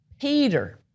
Peter